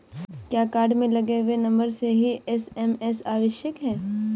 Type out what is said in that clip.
क्या कार्ड में लगे हुए नंबर से ही एस.एम.एस आवश्यक है?